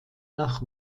nach